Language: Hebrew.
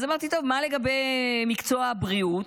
אז אמרתי, טוב, מה לגבי מקצוע הבריאות?